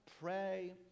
Pray